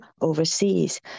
overseas